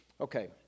okay